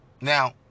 Now